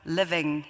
living